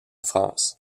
france